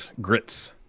Grits